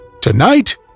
Tonight